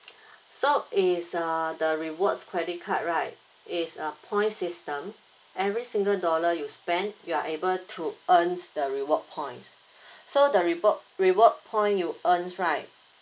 so is uh the rewards credit card right it's a points system every single dollar you spent you are able to earns the reward points so the rewa~ reward point you earned right